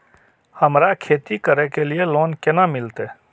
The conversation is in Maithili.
हमरा खेती करे के लिए लोन केना मिलते?